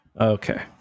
Okay